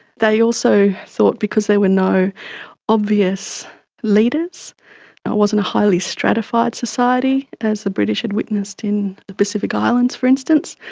they also thought because there were no obvious leaders, it wasn't a highly stratified society as the british had witnessed in the pacific islands, for instance,